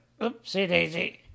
Oopsie-daisy